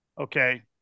Okay